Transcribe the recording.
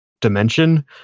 dimension